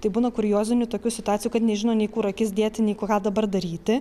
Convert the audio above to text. tai būna kuriozinių tokių situacijų kad nežino nei kur akis dėti nei ką dabar daryti